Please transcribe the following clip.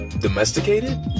domesticated